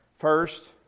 First